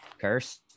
Curse